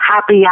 happy